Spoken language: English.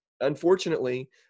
Unfortunately